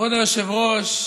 כבוד היושב-ראש,